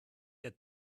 der